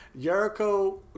Jericho